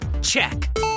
check